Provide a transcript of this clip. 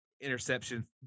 interception